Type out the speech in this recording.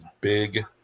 big